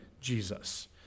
Jesus